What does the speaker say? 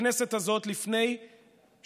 בכנסת הזאת, לפני שעה,